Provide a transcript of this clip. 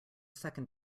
second